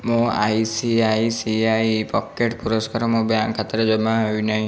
ମୋ I C I C I pocket ପୁରସ୍କାର ମୋ ବ୍ୟାଙ୍କ୍ ଖାତାରେ ଜମା ହୋଇନାହିଁ